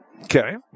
Okay